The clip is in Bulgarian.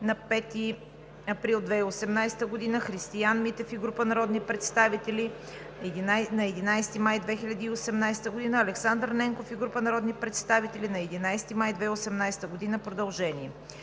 5 април 2018 г.; Христиан Митев и група народни представители, 11 май 2018 г.; Александър Ненков и група народни представители, 11 май 2018 г.) – продължение.